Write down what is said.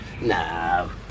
No